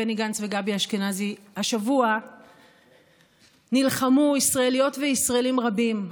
בני גנץ וגבי אשכנזי: השבוע נלחמו ישראליות וישראלים רבים.